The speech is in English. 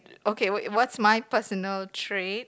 okay wait what's my personal trait